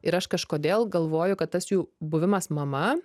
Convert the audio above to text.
ir aš kažkodėl galvoju kad tas jų buvimas mama